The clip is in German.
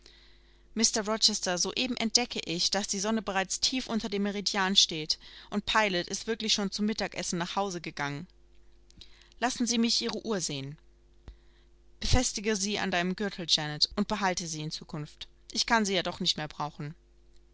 mr rochester soeben entdecke ich daß die sonne bereits tief unter dem meridian steht und pilot ist wirklich schon zum mittagsessen nach hause gegangen lassen sie mich ihre uhr sehen befestige sie an deinem gürtel janet und behalte sie in zukunft ich kann sie ja doch nicht mehr brauchen